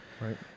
right